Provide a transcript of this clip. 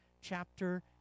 chapter